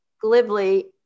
glibly